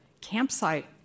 campsite